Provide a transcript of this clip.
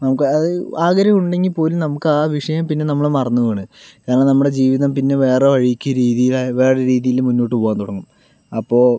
നമുക്ക് അതായത് ആഗ്രഹം ഉണ്ടെങ്കിൽ പോലും നമുക്ക് ആ വിഷയം പിന്നെ നമ്മള് മറന്നു പോവുകയാണ് കാരണം നമ്മുടെ ജീവിതം പിന്നെ വേറെ വഴിക്ക് രീതിയിലായി വേറെ രീതിയില് മുന്നോട്ടു പോകാൻ തുടങ്ങും അപ്പോൾ